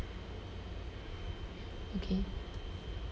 okay